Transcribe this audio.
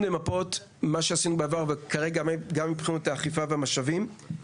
כמו מה שעשינו בעבר אבל גם מבחינת האכיפה והמשאבים,